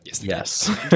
Yes